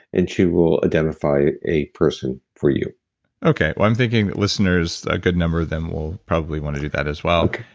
and she will identify a person for you okay. i'm thinking that listeners, a good number of them, will probably want to do that as well.